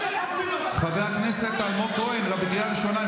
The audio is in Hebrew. חבר הכנסת אלמוג כהן, אתה בקריאה ראשונה.